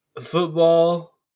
football